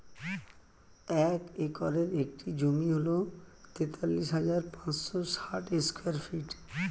এক একরের একটি জমি হল তেতাল্লিশ হাজার পাঁচশ ষাট স্কয়ার ফিট